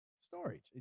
storage